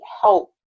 help